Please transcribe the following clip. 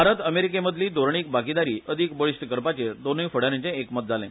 भारत अमेरिके मदली धोरणीक भागिदारी अदीक बळिश्ट करपाचेर दोनूय फुडाऱ्यांचें एकमत जालें